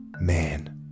man